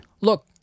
Look